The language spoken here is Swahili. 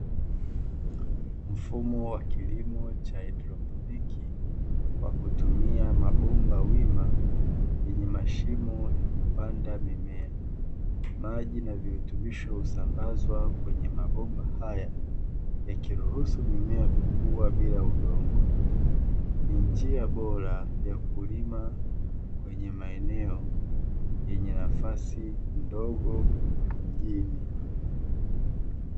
Mfumo wa kilimo cha haidroponi kwa kutumia mabomba wima, yenye mashimo ya kupanda mimea. Maji na virutubisho husambazwa kwenye mabomba haya, ikiruhusu mimea kukua bila udongo. Ni njia bora ya kulima kwenye maeneo yenye nafasi ndogo mjini.